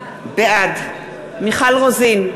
בעד מיכל רוזין,